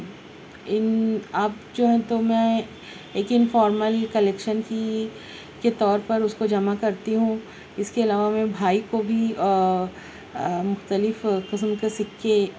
ان اب جو ہیں تو میں لیکن فارمل کلیکشن کی کے طور پر اس کو جمع کرتی ہوں اس کے علاوہ میں بھائی کو بھی مختلف قسم کے سکے